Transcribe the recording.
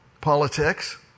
politics